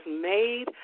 made